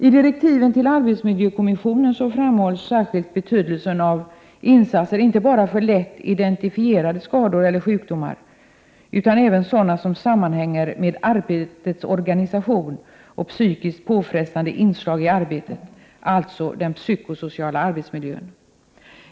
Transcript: I direktiven till arbetsmiljökommissionen framhålls särskilt betydelsen av insatser för att åtgärda inte bara lätt identifierade skador eller sjukdomar utan även sådana som sammanhänger med arbetets organisation och psykiskt påfrestande inslag i arbetet, alltså den psykosociala arbetsmiljön.